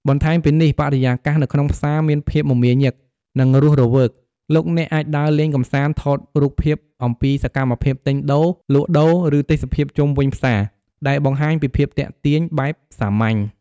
បន្ថែមពីនេះបរិយាកាសនៅក្នុងផ្សារមានភាពមមាញឹក និងរស់រវើក លោកអ្នកអាចដើរលេងកម្សាន្តថតរូបភាពអំពីសកម្មភាពទិញដូរ លក់ដូរ ឬទេសភាពជុំវិញផ្សារ ដែលបង្ហាញពីភាពទាក់ទាញបែបសាមញ្ញ។